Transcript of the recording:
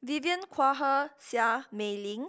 Vivien Quahe Seah Mei Lin